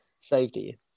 Safety